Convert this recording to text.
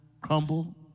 crumble